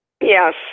Yes